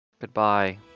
Goodbye